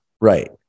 Right